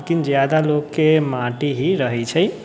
लेकिन जादा लोगके माटी ही रहै छै